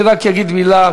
אני רק אגיד מילה